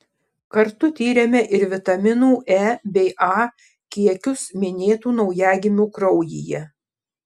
kartu tyrėme ir vitaminų e bei a kiekius minėtų naujagimių kraujyje